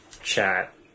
chat